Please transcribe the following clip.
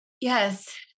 yes